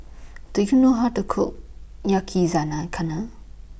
Do YOU know How to Cook Yaki Zana Kana